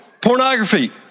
pornography